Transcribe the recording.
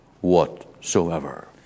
whatsoever